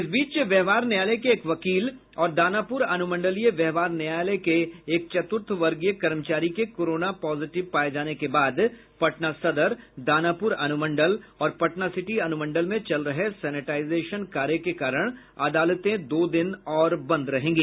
इस बीच व्यवहार न्यायालय के एक वकील और दानापुर अनुमंडलीय व्यवहार न्यायालय के एक चुतर्थवर्गीय कर्मचारी के कोरोना पॉजिटिव पाए जाने के बाद पटना सदर दानापुर अनुमंडल और पटना सिटी अनुमंडल में चल रहे सैनिटाइजेशन कार्य के कारण अदालतें दो दिन और बंद रहेंगी